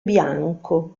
bianco